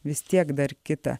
vis tiek dar kita